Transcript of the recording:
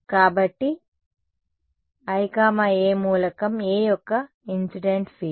కాబట్టి i A మూలకం A యొక్క ఇన్సిడెంట్ ఫీల్డ్